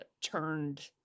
turned